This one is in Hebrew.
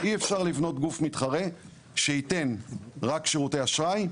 אי אפשר לבנות גוף מתחרה שייתן רק שירותי אשראי,